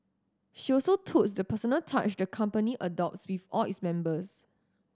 she also the personal touch the company adopts with all its members